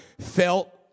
felt